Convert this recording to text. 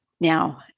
now